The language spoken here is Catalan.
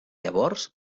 llavors